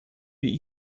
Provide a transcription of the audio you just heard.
wie